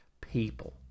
people